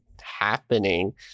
happening